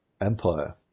Empire